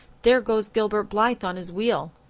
there goes gilbert blythe on his wheel.